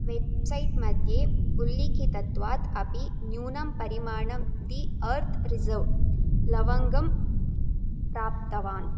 website मध्ये उल्लिखितत्वात् अपि न्यूनं परिमाणं दी अर्त् रिजर्व् लवङ्गम् प्राप्तवान्